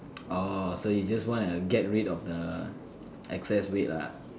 orh so you just wanna get rid of the excess weight lah